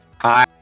Hi